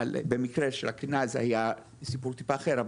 במקרה של הקרינה זה היה סיפור טיפה אחר,